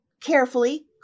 carefully